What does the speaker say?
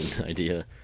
idea